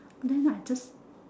then I just